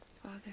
Father